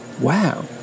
Wow